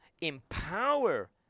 empower